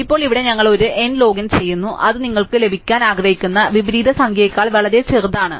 ഇപ്പോൾ ഇവിടെ ഞങ്ങൾ ഒരു n log n ചെയ്യുന്നു അത് നിങ്ങൾക്ക് ലഭിക്കാൻ ആഗ്രഹിക്കുന്ന വിപരീത സംഖ്യയേക്കാൾ വളരെ ചെറുതാണ്